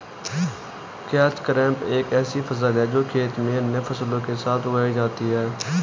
catch crop एक ऐसी फसल है जो खेत में अन्य फसलों के साथ उगाई जाती है